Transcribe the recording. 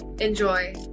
enjoy